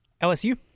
LSU